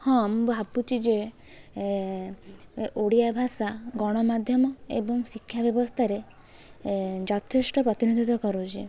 ହଁ ମୁଁ ଭାବୁଛିି ଯେ ଓଡ଼ିଆ ଭାଷା ଗଣମାଧ୍ୟମ ଏବଂ ଶିକ୍ଷା ବ୍ୟବସ୍ଥାରେ ଯଥେଷ୍ଟ ପ୍ରତିନିଧିତ୍ୱ କରୁଛି